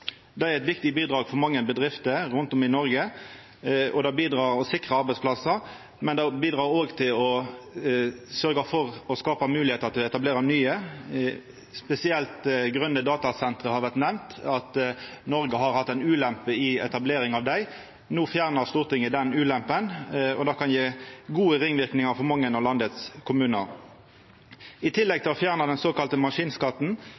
Det er eit viktig bidrag for mange bedrifter rundt omkring i Noreg. Det bidreg til å sikra arbeidsplassar, men det bidreg òg til å sørgja for å skapa moglegheiter til å etablera nye. Grøne datasenter har spesielt vore nemnt, og at Noreg har hatt ei ulempe i etableringa av dei. No fjernar Stortinget den ulempa, og det kan gje gode ringverknader for mange av kommunane i landet. I tillegg til å fjerna den såkalla maskinskatten